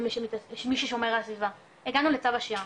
למי ששומר על הסביבה, הגענו לצו השעה,